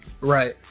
Right